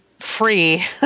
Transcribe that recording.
free